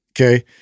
Okay